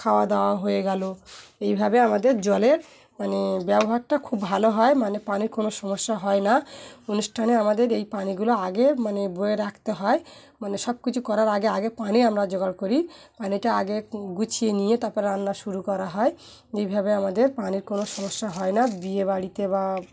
খাওয়া দাওয়া হয়ে গেলো এইভাবে আমাদের জলের মানে ব্যবহারটা খুব ভালো হয় মানে পানির কোনো সমস্যা হয় না অনুষ্ঠানে আমাদের এই পানিগুলো আগে মানে বয়ে রাখতে হয় মানে সব কিছু করার আগে আগে পানি আমরা জোগাড় করি পানিটা আগে গুছিয়ে নিয়ে তারপর রান্না শুরু করা হয় এইভাবে আমাদের পানির কোনো সমস্যা হয় না বিয়েবাড়িতে বা